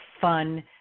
fun